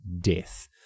death